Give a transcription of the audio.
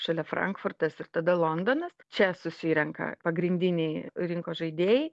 šalia frankfurtas ir tada londonas čia susirenka pagrindiniai rinkos žaidėjai